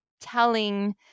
telling